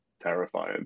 terrifying